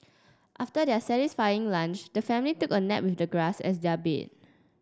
after their satisfying lunch the family took a nap with the grass as their bed